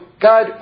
God